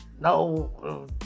No